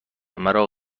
مرا